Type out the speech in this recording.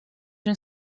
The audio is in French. une